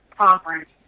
conference